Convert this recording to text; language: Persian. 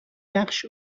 نقش